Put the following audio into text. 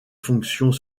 fonctions